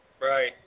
Right